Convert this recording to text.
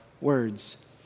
words